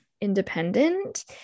independent